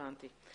הבנתי.